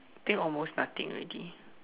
I think almost nothing already